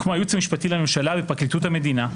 כמו הייעוץ המשפטי לממשלה ופרקליטות המדינה,